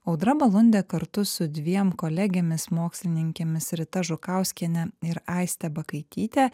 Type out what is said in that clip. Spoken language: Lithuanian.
audra balundė kartu su dviem kolegėmis mokslininkėmis rita žukauskiene ir aiste bakaityte